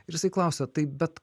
ir jisai klausia tai bet